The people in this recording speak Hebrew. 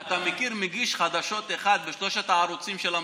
אתה מכיר מגיש חדשות ערבי אחד בשלושת הערוצים של המדינה?